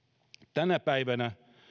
tänä päivänä